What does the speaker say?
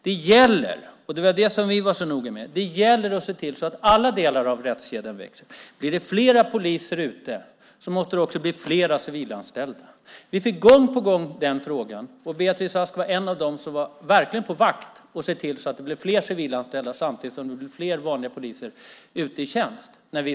Det gäller att se till att alla delar av rättskedjan växer; det var vi mycket noga med. Blir det fler poliser som är ute måste även antalet civilanställda bli fler. När vi satt i regeringsställning fick vi gång på gång den frågan, och Beatrice Ask var en av dem som verkligen var på vakt för att se till att det blev fler civilanställda samtidigt som det blev fler vanliga poliser ute i tjänst.